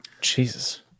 Jesus